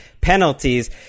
penalties